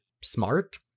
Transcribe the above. smart